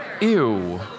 Ew